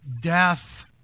death